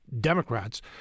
Democrats